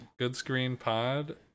GoodScreenPod